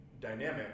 dynamic